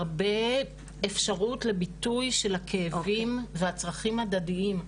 הרבה אפשרות לביטוי של הכאבים והצרכים הדדיים,